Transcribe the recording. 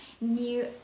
new